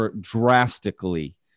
drastically